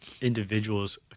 individuals